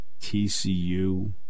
TCU